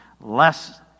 less